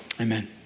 Amen